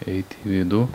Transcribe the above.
eit į vidų